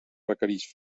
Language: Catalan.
requerix